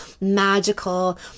magical